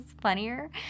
funnier